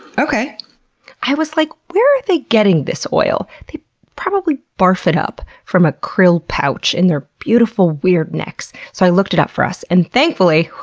i was like, where are they getting this oil? they probably barf it up from a krill pouch in their beautiful, weird necks. so i looked it up for us. and, thankfully, whew!